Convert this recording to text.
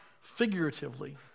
figuratively